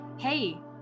Hey